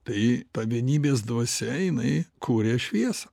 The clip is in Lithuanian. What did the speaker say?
tai ta vienybės dvasia jinai kuria šviesą